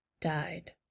died